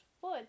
foot